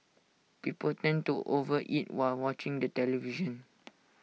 people tend to over eat while watching the television